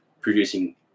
producing